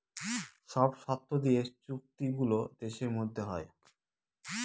সব শর্ত দিয়ে চুক্তি গুলো দেশের মধ্যে হয়